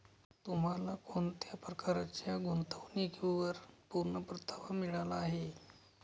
तुम्हाला कोणत्या प्रकारच्या गुंतवणुकीवर पूर्ण परतावा मिळाला आहे